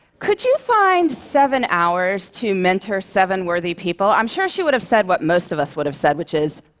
could you find seven hours to mentor seven worthy people? i'm sure she would've said what most of us would've said, which is,